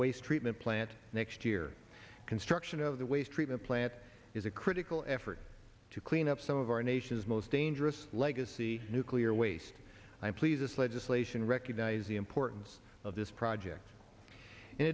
waste treatment plant next year construction of the waste treatment plant is a critical effort to clean up some of our nation's most dangerous legacy nuclear waste i'm pleased this legislation recognizes the importance of this project in